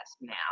now